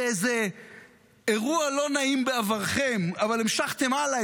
זה איזה אירוע לא נעים בעברכם, אבל המשכתם הלאה.